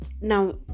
now